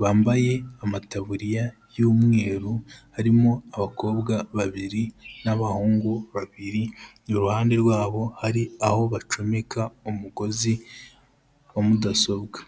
bambaye amataburiya y'umweru, arimo abakobwa babiri, n'abahungu babiri, iruhande rwabo hari aho bacomeka umugozi wa mudasobwa.